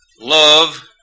love